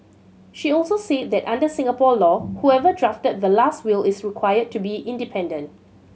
she also said that under Singapore law whoever drafted the last will is required to be independent